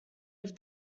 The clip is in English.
have